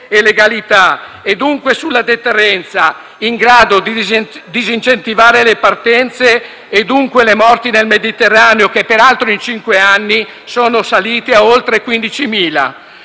conseguenza, sulla deterrenza, in grado di disincentivare le partenze e dunque le morti nel Mediterraneo, che peraltro in cinque anni sono salite a oltre 15.000.